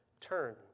turn